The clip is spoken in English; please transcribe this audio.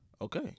Okay